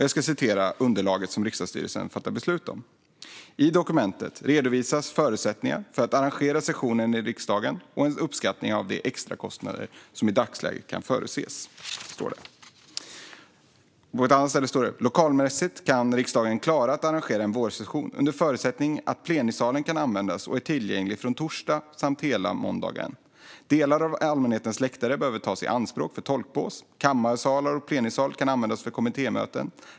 Jag ska läsa ur det underlag som riksdagsstyrelsen har fattat beslut om: I dokumentet redovisas förutsättningar för att arrangera sessionen i riksdagen och en uppskattning av de extra kostnader som i dagsläget kan förutses. På ett annat ställe står det: Lokalmässigt kan riksdagen klara att arrangera en vårsession under förutsättning att plenisalen kan användas och är tillgänglig från torsdag samt hela måndagen. Delar av allmänhetens läktare behöver tas i anspråk för tolkbås. Kammarsalar och plenisal kan användas för kommittémöten.